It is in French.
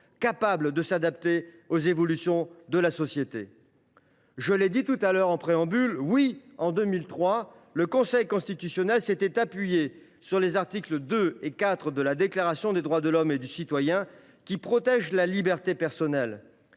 capable de s’adapter aux évolutions de la société. Je l’ai dit en préambule : oui, en 2003, le Conseil constitutionnel s’était fondé sur les articles 2 et 4 de la Déclaration des droits de l’homme et du citoyen, qui protègent la liberté personnelle.